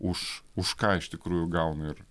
už už ką iš tikrųjų gauna ir